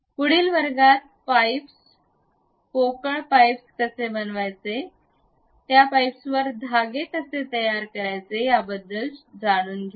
पुढील वर्गात पाईप्स पोकळ पाईप्स कसे बनवायचे या पाईप्सवर धागे कसे तयार करावे याबद्दल आपण जाणून घेऊया